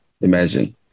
imagine